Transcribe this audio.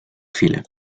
fila